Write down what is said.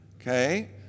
okay